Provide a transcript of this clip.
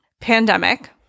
Pandemic